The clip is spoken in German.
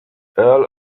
earl